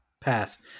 Pass